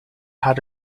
had